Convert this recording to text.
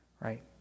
Right